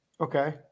Okay